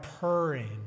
purring